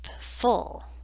full